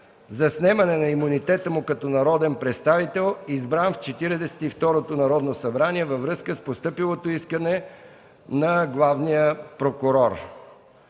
за снемане на имунитета му като народен представител, избран в Четиридесет и второто Народно събрание във връзка с постъпилото искане на Главния прокурор.